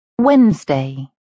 Wednesday